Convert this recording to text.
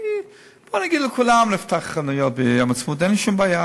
בואו נגיד לכולם לפתוח חנויות ביום העצמאות.